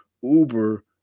Uber